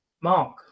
Mark